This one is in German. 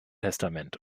testament